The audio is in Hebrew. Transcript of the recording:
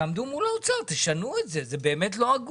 תעמדו מול האוצר, תשנו את זה, זה באמת לא הגון.